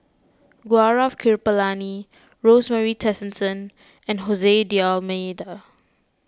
Gaurav Kripalani Rosemary Tessensohn and Jose D'Almeida